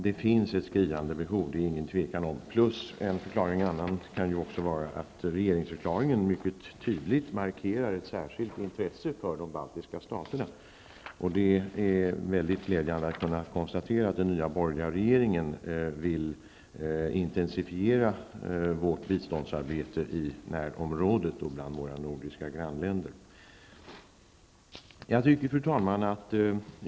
Det råder inga tvivel om att det finns ett skriande behov. En annan förklaring kan vara att regeringsförklaringen mycket tydligt markerar ett särskilt intresse för de baltiska staterna. Det är glädjande att den nya borgerliga regeringen vill intensifiera vårt biståndsarbete i närområdet och bland våra grannländer. Fru talman!